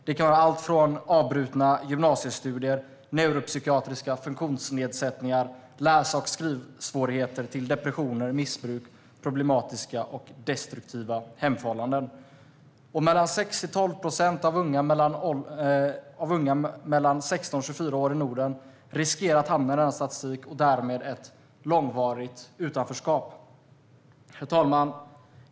Det kan vara allt från avbrutna gymnasiestudier, neuropsykiatriska funktionsnedsättningar och läs och skrivsvårigheter till depressioner, missbruk och problematiska och destruktiva hemförhållanden. Mellan 6 och 12 procent av unga mellan 16 och 24 år i Norden riskerar att hamna i denna statistik och därmed ett långvarigt utanförskap. Herr talman!